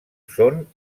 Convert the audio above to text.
són